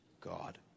God